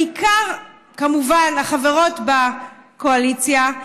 בעיקר כמובן החברות בקואליציה,